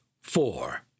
Four